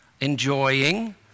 enjoying